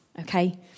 okay